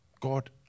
God